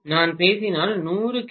எனவே நான் பேசினால் 100 கி